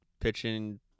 pitching